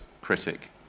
critic